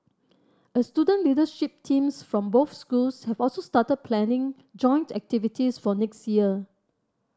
a student leadership teams from both schools have also started planning joint activities for next year